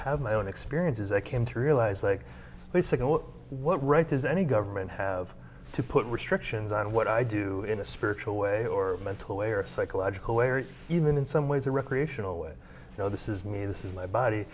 have my own experiences i came to realize like what right does any government have to put restrictions on what i do in a spiritual way or mental way or a psychological way or even in some ways a recreational way you know this is me this is my body